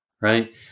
right